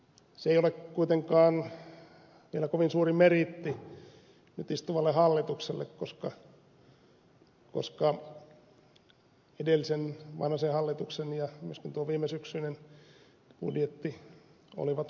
se ei ole kuitenkaan vielä kovin suuri meriitti nyt istuvalle hallitukselle koska edellisen vanhasen hallituksen ja myöskin tuo viime syksyinen budjetti olivat huonoja